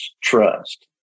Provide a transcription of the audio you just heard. trust